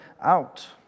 out